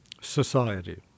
society